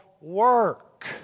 work